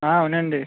అవునండి